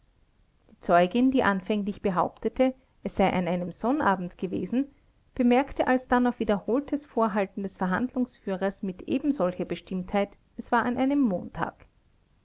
die zeugin die anfänglich behauptete es sei an einem sonnabend gewesen bemerkte alsdann auf wiederholtes vorhalten des verhandlungsführers mit ebensolcher bestimmtheit es war an einem montag